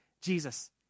Jesus